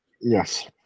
Yes